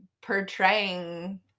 portraying